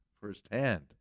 firsthand